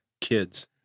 kids